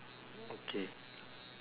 okay